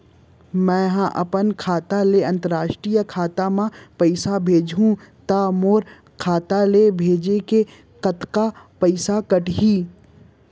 मै ह अपन खाता ले, अंतरराष्ट्रीय खाता मा पइसा भेजहु त मोर खाता ले, भेजे के कतका पइसा कटही?